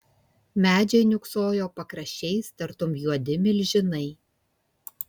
medžiai niūksojo pakraščiais tartum juodi milžinai